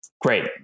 great